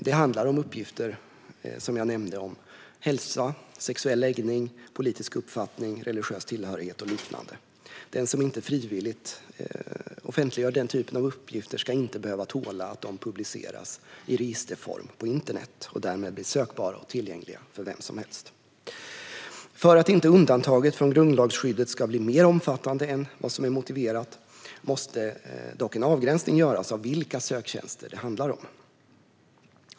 Det handlar om uppgifter om hälsa, sexuell läggning, politisk uppfattning, religiös tillhörighet och liknande. Den som inte frivilligt offentliggör den typen av uppgifter ska inte behöva tåla att de publiceras i registerform på internet och därmed bli sökbara och tillgängliga för vem som helst. För att inte undantaget från grundlagsskyddet ska bli mer omfattande än vad som är motiverat måste dock en avgränsning göras av vilka söktjänster som det handlar om.